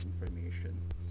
information